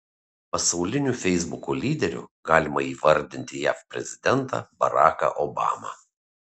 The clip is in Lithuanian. pasauliniu feisbuko lyderiu galima įvardyti jav prezidentą baraką obamą